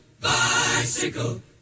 bicycle